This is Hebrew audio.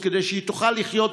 כדי שהיא תוכל לחיות,